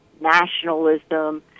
nationalism